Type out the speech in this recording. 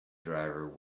driver